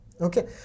okay